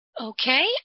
Okay